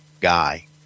guy